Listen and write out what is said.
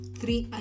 three